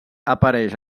apareix